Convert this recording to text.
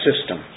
system